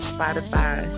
Spotify